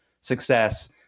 success